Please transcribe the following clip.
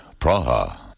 Praha